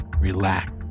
Relax